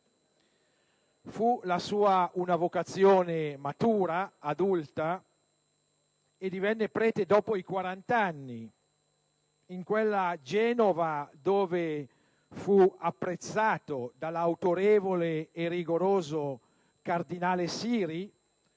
sua fu una vocazione matura e adulta; divenne prete dopo i quarant'anni, in quella Genova dove fu apprezzato dall'autorevole e rigoroso cardinale Siri,